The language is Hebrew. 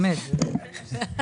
יבגני סובה.